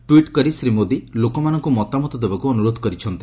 tweet କରି ଶ୍ରୀ ମୋଦି ଲୋକମାନଙ୍କୁ ମତାମତ ଦେବାକୁ ଅନୁରୋଧ କରିଛନ୍ତି